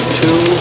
two